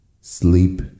sleep